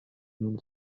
nun